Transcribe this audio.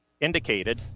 indicated